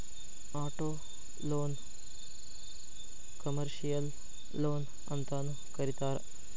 ಆಟೊಲೊನ್ನ ಕಮರ್ಷಿಯಲ್ ಲೊನ್ಅಂತನೂ ಕರೇತಾರ